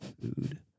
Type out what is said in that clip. food